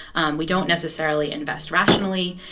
and we don't necessarily invest rationally.